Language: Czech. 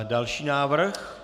Další návrh.